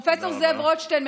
פרופ' זאב רוטשטיין,